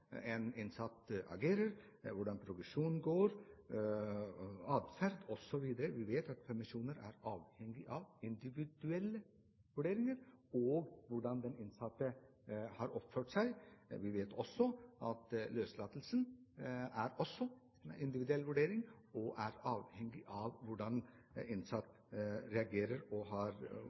en innsatt agerer, hvordan progresjonen går, adferd osv. Vi vet at permisjoner er avhengig av individuelle vurderinger og hvordan den innsatte har oppført seg. Vi vet også at løslatelsen er en individuell vurdering, og at den er avhengig av hvordan en innsatt reagerer, og hvordan progresjonen har